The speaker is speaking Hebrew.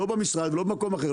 לא במשרד ולא במקום אחר,